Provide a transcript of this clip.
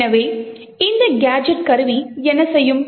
எனவே இந்த கேஜெட் கருவி என்ன செய்யும்